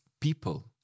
people